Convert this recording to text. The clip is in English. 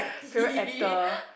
favourite actor